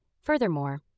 Furthermore